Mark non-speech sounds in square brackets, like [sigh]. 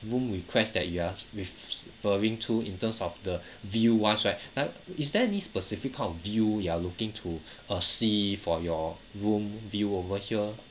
room request that you are referring to in terms of the view wise right uh is there any specific kind of view you are looking to [breath] uh see for your room view over here